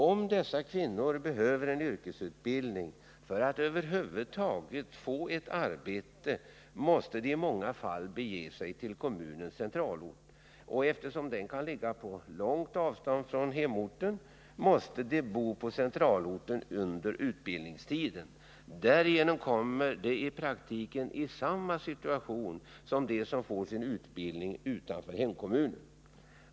Om dessa kvinnor behöver en yrkesutbildning för att över huvud taget få ett arbete måste de i många fall bege sig till kommunens centralort. Eftersom den kan ligga på långt avstånd från hemorten måste de bo på centralorten under utbildningstiden. Därigenom kommer de i praktiken i samma situation som de som får sin utbildning utanför hemkommunen.